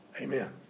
Amen